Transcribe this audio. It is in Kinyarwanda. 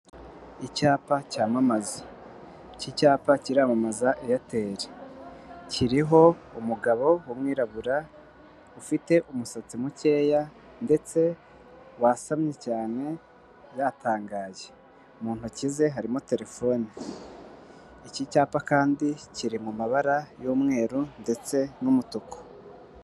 Icyapa cyamamaza iki cyapa kiramamaza ''eyateli'' kiriho umugabo w'mwirabura ufite umusatsi mukeya, ndetse wasamye cyane yatangaye mu ntoki ze harimo telefone, iki cyapa kandi kiri mu mabara y'umweru ndetse n'umutuku.